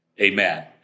Amen